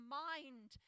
mind